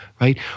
right